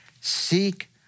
seek